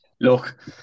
look